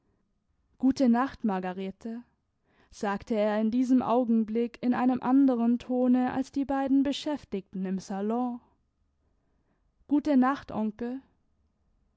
gute nacht margarete sagte er in diesem augenblick in einem anderen tone als die beiden beschäftigten im salon gute nacht onkel